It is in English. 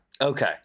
okay